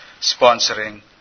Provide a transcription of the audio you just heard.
sponsoring